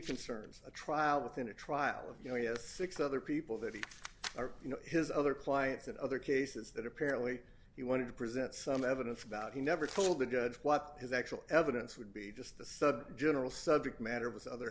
concerns a trial within a trial you know he has six other people that he or you know his other clients in other cases that apparently he wanted to present some evidence about he never told the judge what his actual evidence would be just a sudden general subject matter with other